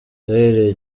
byahereye